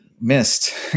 missed